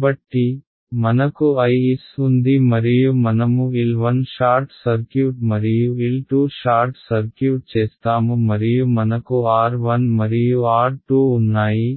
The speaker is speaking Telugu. కాబట్టి మనకు Is ఉంది మరియు మనము L 1 షార్ట్ సర్క్యూట్ మరియు L 2 షార్ట్ సర్క్యూట్ చేస్తాము మరియు మనకు R1 మరియు R2 ఉన్నాయి